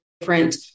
different